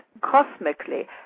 cosmically